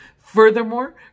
Furthermore